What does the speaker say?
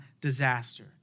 disaster